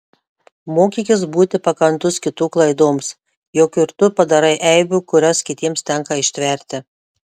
mokykis būti pakantus kitų klaidoms juk ir tu padarai eibių kurias kitiems tenka ištverti